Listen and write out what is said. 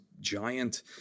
giant